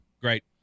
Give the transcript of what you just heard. Great